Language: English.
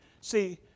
see